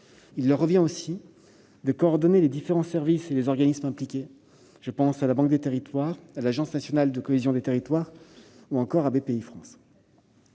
du plan, de coordonner les différents services et les organismes impliqués. Je pense à la Banque des territoires, à l'Agence nationale de la cohésion des territoires (ANCT) ou encore à Bpifrance.